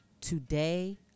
Today